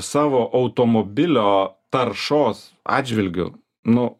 savo automobilio taršos atžvilgiu nu